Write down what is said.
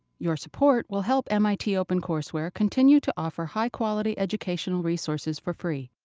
your support will help mit opencourseware continue to offer high-quality educational resources for free.